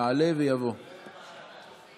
יעלה ויבוא, בבקשה.